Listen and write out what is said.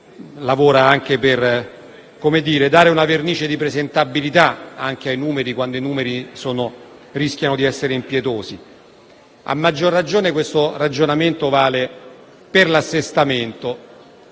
lavora anche per dare una vernice di presentabilità ai numeri quando essi rischiano di essere impietosi. A maggior ragione tale ragionamento vale per l'assestamento.